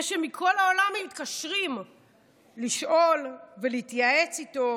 זה שמכל העולם מתקשרים לשאול ולהתייעץ איתו